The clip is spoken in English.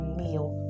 meal